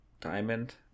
Diamond